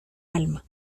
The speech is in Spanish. alma